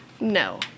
No